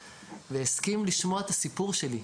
והסכים לשמוע את הסיפור שלי.